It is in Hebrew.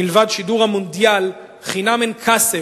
מלבד שידור המונדיאל חינם אין כסף,